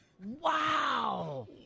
wow